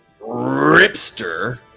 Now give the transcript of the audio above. Ripster